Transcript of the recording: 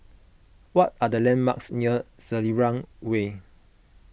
what are the landmarks near Selarang Way